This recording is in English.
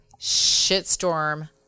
shitstorm